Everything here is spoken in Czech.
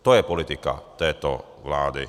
To je politika této vlády.